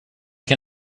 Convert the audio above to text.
can